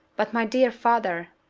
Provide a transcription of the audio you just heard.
but, my dear father,